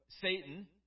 Satan